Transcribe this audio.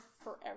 forever